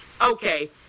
Okay